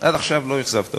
עד עכשיו לא אכזבת אותי,